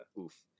oof